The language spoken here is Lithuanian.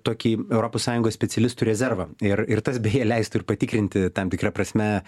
tokį europos sąjungos specialistų rezervą ir ir tas beje leistų ir patikrinti tam tikra prasme